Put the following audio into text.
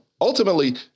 ultimately